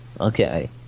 Okay